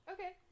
Okay